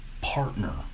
partner